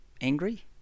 angry